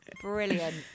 brilliant